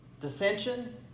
dissension